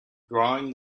drawing